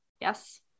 Yes